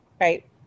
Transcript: right